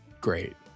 Great